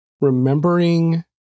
remembering